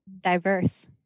Diverse